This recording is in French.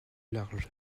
large